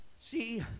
See